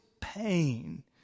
pain